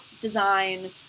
design